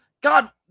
God